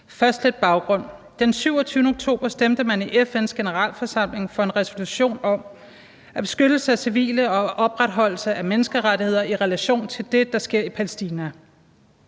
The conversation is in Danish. Først lidt baggrund: Den 27. oktober stemte man i FN's Generalforsamling for en resolution om beskyttelse af civile og opretholdelse af menneskerettigheder i relation til det, der sker i Palæstina.